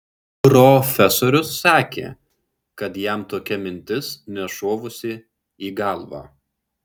profesorius sakė kad jam tokia mintis nešovusi į galvą